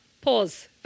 pause